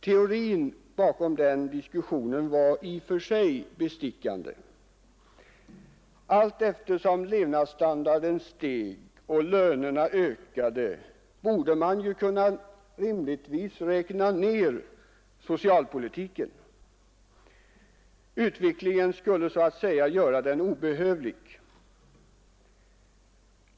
Teorin bakom den diskussionen var i och för sig bestickande: Allteftersom levnadsstandarden steg och lönerna ökade borde man ju rimligtvis kunna räkna ner socialpolitiken — utvecklingen skulle så att säga göra den obehövlig.